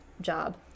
job